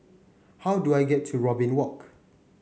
how do I get to Robin Walk